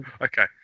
Okay